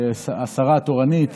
השרה התורנית